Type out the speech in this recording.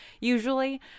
usually